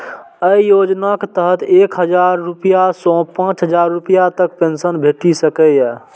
अय योजनाक तहत एक हजार रुपैया सं पांच हजार रुपैया तक पेंशन भेटि सकैए